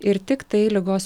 ir tiktai ligos